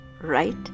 right